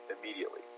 immediately